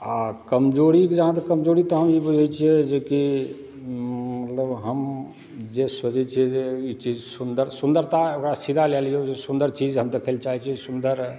आ कमजोरीक जहाँ तक कमजोरी तऽ हम ई बुझै छियै जेकि मतलब हम जे सोचै छियै जे ई चीज सुन्दर सुन्दरता ओकरा सीधा लए लियौ जे सुन्दर चीज अहाँ देखै ला चाहै छियै सुन्दर